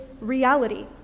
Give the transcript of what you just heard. reality